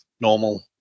normal